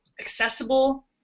accessible